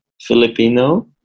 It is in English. Filipino